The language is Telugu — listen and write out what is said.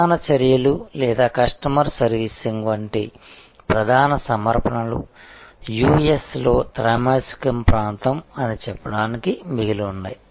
ప్రధాన చర్యలు లేదా కస్టమర్ సర్వీసింగ్ వంటి ప్రధాన సమర్పణలు యుఎస్లో త్రైమాసిక ప్రాంతం అని చెప్పడానికి మిగిలి ఉన్నాయి